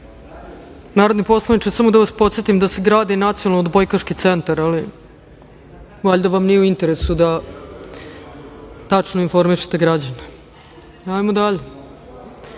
se. Narodni poslaniče samo da vas podsetim da se gradi nacionalni odbojkaški centar, valjda vam nije u interesu da tačno informišete građane. Idemo dalje,